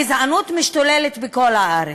הגזענות משתוללת בכל הארץ.